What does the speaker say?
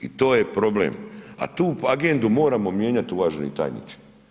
I to je problem, a tu agendu moramo mijenjati, uvaženi tajniče.